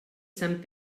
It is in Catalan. sant